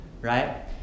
right